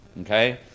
Okay